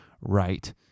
right